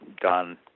done